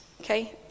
okay